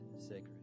sacred